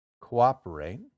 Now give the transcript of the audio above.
cooperate